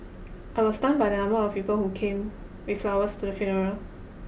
I was stunned by the number of people who came with flowers to the funeral